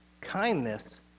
Kindness